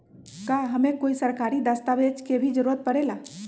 का हमे कोई सरकारी दस्तावेज के भी जरूरत परे ला?